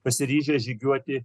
pasiryžę žygiuoti